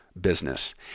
business